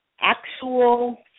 actual